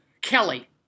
Kelly